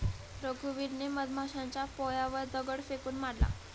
रघुवीरने मधमाशांच्या पोळ्यावर दगड फेकून मारला